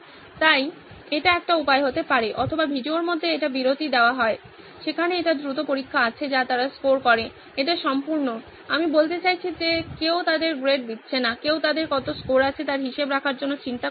তাই এটি একটি উপায় হতে পারে অথবা ভিডিওর মধ্যে এটি বিরতি দেওয়া হয় সেখানে একটি দ্রুত পরীক্ষা আছে যা তারা স্কোর করে এটি সম্পূর্ণ আমি বলতে চাইছি যে কেউ তাদের গ্রেড দিচ্ছে না কেউ তাদের কত স্কোর আছে তার হিসাব রাখার জন্য চিন্তা করছে না